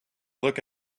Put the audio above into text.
look